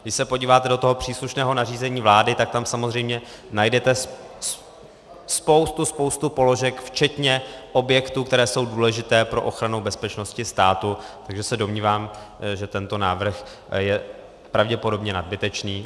Když se podíváte do toho příslušného nařízení vlády, tak tam samozřejmě najdete spoustu položek, včetně objektů, které jsou důležité pro ochranu bezpečnosti státu, takže se domnívám, že tento návrh je pravděpodobně nadbytečný.